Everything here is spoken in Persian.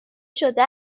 شده